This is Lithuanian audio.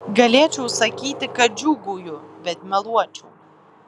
galėčiau sakyti kad džiūgauju bet meluočiau